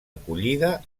acollida